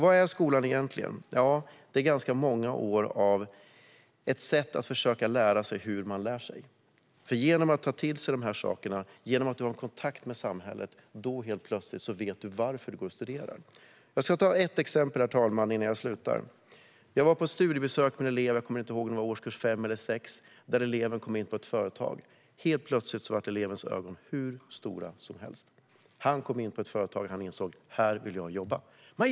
Vad är skolan egentligen? Det är ganska många år av ett sätt att försöka lära sig hur man lär sig. Genom att ta till sig dessa saker och genom att ha kontakt med samhället vet man helt plötsligt varför man studerar. Jag ska ta ett exempel. Jag var på ett studiebesök på ett företag med en elev i årskurs 5 eller 6. Helt plötsligt blev elevens ögon hur stora som helst. Han kom in på ett företag som han insåg att han ville jobba på.